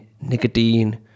nicotine